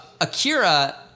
Akira